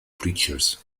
preachers